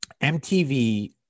MTV